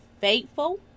faithful